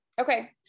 Okay